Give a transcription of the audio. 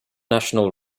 national